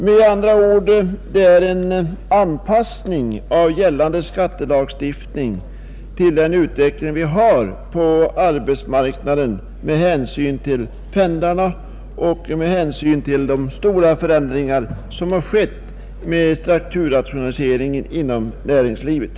Det gäller här med andra ord en anpassning av gällande skattelagstiftning till den nuvarande utvecklingen på arbetsmarknaden med hänsyn till pendlarna och de stora förändringar som skett genom strukturrationaliseringen inom näringslivet.